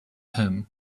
him